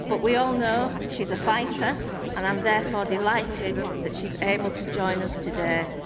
but we all know she's a fighter and i'm therefore delighted that she's able to join us today.